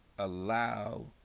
allow